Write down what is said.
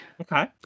Okay